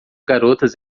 garotas